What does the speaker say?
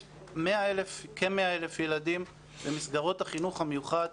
יש כ-100,000 ילדים במסגרות החינוך המיוחד,